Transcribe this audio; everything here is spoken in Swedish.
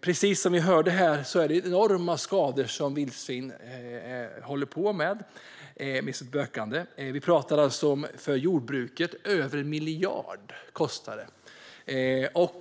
Precis som vi hörde här är det enorma skador som vildsvinen orsakar med sitt bökande. För jordbruket kostar detta över 1 miljard.